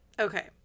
okay